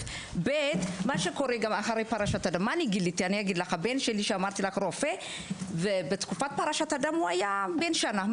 הבן שלי רופא ובתקופת פרשת הדם הוא היה בן שנה.